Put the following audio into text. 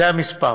זה המספר.